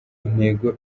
intego